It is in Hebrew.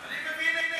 אני מבין את זה.